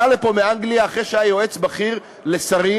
עלה לפה מאנגליה אחרי שהיה יועץ בכיר לשרים,